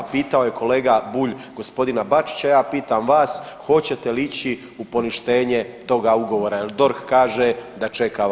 Pitao je kolega Bulj gospodina Bačića, ja pitam vas, hoćete li ići u poništenje toga ugovora, jer DORH kaže da čeka vas.